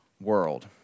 world